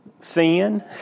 sin